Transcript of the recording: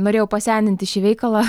norėjau pasendinti šį veikalą